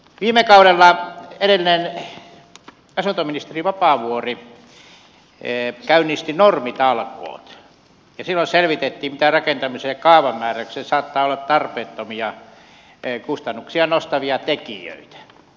viime kaudella edellinen asuntoministeri vapaavuori käynnisti normitalkoot ja silloin selvitettiin mitkä rakentamis ja kaavamääräyksissä saattavat olla tarpeettomia kustannuksia nostavia tekijöitä